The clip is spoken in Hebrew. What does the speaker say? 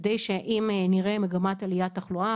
כדי שאם נראה מגמת עליית תחלואה,